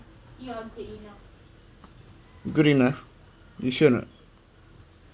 good enough you sure or not